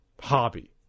hobby